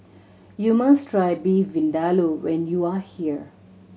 you must try Beef Vindaloo when you are here